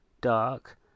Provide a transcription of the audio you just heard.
dark